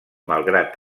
malgrat